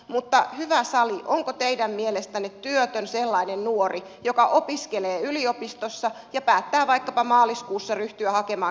mutta hyvä sali onko teidän mielestänne työtön sellainen nuori joka opiskelee yliopistossa ja päättää vaikkapa maaliskuussa ryhtyä hakemaan kesätyöpaikkaa